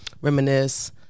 reminisce